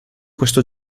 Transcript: questo